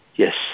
Yes